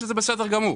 וזה בסדר גמור.